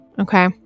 Okay